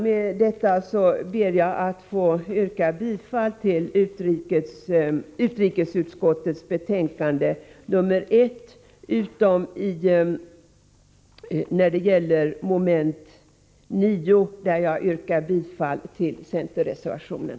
Med detta yrkar jag bifall till hemställan i utrikesutskottets betänkande nr 1, utom vad gäller mom. 9, där jag yrkar bifall till centerreservationen.